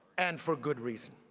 and for good reason.